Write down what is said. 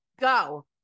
go